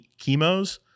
Chemos